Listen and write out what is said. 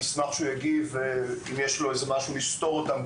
אשמח שהוא יגיב אם יש לו איזה משהו לסתור אותם.